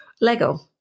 Lego